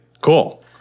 Cool